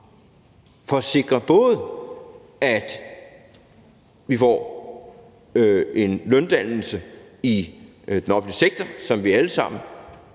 for at sikre, både at vi får en løndannelse i den offentlige sektor, som vi alle sammen